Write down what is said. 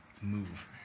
move